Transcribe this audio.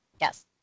Yes